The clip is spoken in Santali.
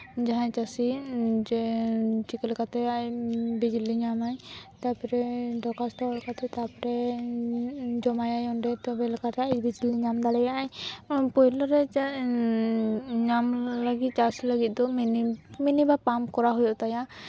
ᱡᱟᱦᱟᱸᱭ ᱪᱟᱹᱥᱤ ᱡᱮ ᱪᱤᱠᱟᱹ ᱞᱮᱠᱟᱛᱮ ᱟᱡ ᱵᱤᱡᱽᱞᱤ ᱧᱟᱢᱟᱭ ᱛᱟᱨᱯᱚᱨᱮ ᱫᱚᱨᱠᱷᱟᱥᱚᱛᱚ ᱚᱞ ᱠᱟᱛᱮᱜ ᱛᱟᱨᱯᱚᱨᱮ ᱡᱚᱢᱟᱭᱟᱭ ᱚᱸᱰᱮ ᱛᱚᱵᱮ ᱞᱮᱠᱟᱨᱮ ᱟᱡ ᱵᱤᱡᱽᱞᱤ ᱧᱟᱢ ᱫᱟᱲᱮᱭᱟᱜ ᱟᱭ ᱯᱳᱭᱞᱳ ᱨᱮ ᱧᱟᱢ ᱞᱟᱹᱜᱤᱫ ᱪᱟᱥ ᱞᱟᱹᱜᱤᱫ ᱫᱚ ᱢᱤᱱᱤ ᱢᱤᱱᱤ ᱵᱟ ᱯᱟᱢᱯ ᱠᱚᱨᱟᱣ ᱦᱩᱭᱩᱜ ᱛᱟᱭᱟ